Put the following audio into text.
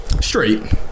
straight